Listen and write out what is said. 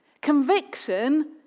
Conviction